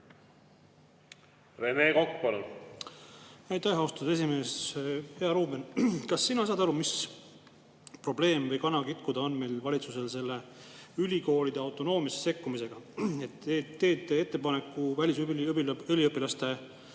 Rene Kokk, palun! Aitäh, austatud esimees! Hea Ruuben! Kas sina saad aru, mis probleem on või mis kana on kitkuda meie valitsusel selle ülikoolide autonoomiasse sekkumisega? Kui teete ettepaneku välisüliõpilaste